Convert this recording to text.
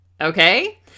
okay